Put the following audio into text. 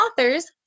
authors